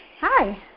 Hi